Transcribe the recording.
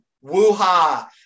Woo-ha